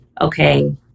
okay